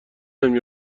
نمی